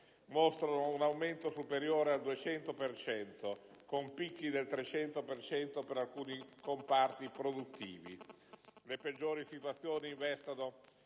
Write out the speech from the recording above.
mostrano un aumento superiore al 200 per cento, con picchi del 300 per cento per alcuni comparti produttivi. Le peggiori situazioni investono